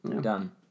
done